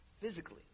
physically